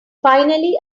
finally